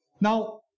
Now